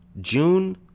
June